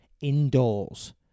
indoors